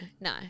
no